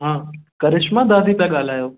हा करिशमा दादी था ॻाल्हायो